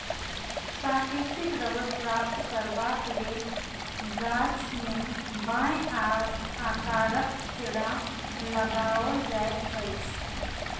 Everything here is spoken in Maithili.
प्राकृतिक रबड़ प्राप्त करबाक लेल गाछ मे वाए आकारक चिड़ा लगाओल जाइत अछि